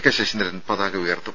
K Saseendran പതാക ഉയർത്തും